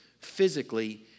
physically